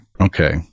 Okay